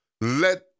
let